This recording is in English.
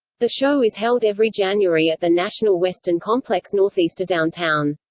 the show is held every january at the national western complex northeast of downtown.